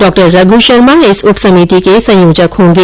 डॉ रघु शर्मा इस उप समिति के संयोजक होंगे